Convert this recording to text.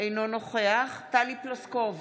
אינו נוכח טלי פלוסקוב,